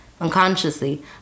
Unconsciously